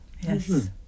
Yes